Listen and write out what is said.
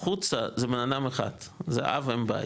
החוצה זה אדם אחד, זה אב-אם בית,